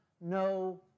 no